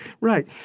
Right